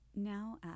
now